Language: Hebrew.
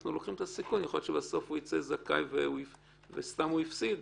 אנחנו לוקחים את הסיכון שבסוף הוא יצא זכאי והוא סתם הפסיד,